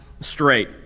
straight